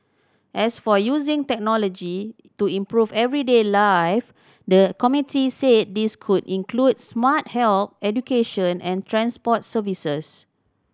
as for using technology to improve everyday life the committee said this could include smart health education and transport services